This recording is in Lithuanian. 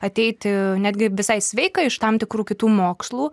ateiti netgi visai sveika iš tam tikrų kitų mokslų